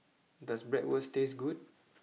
does Bratwurst taste good